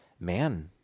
man